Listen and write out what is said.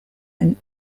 and